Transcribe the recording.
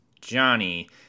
Johnny